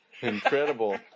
incredible